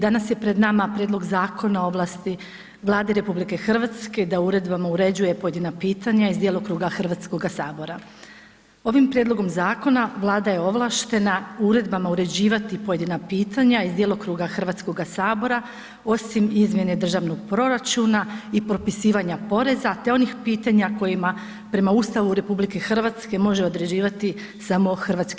Danas je pred nama Prijedlog Zakona o ovlasti Vlade RH da uredbama uređuje pojedina pitanja iz djelokruga HS-a. ovim prijedlogom zakona Vlada je ovlaštena uredbama uređivati pojedina pitanja iz djelokruga HS-a osim izmjene državnog proračuna i propisivanja poreza te onih pitanja kojima, prema Ustavu RH može određivati samo HS.